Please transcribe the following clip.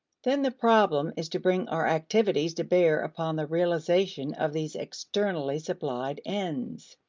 then the problem is to bring our activities to bear upon the realization of these externally supplied ends.